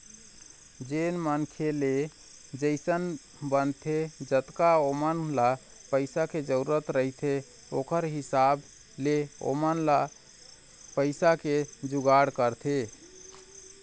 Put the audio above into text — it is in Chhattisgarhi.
जेन मनखे ले जइसन बनथे जतका ओमन ल पइसा के जरुरत रहिथे ओखर हिसाब ले ओमन ह पइसा के जुगाड़ करथे